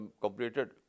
completed